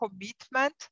commitment